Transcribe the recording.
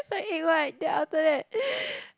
like egg white then after that